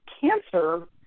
cancer